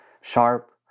Sharp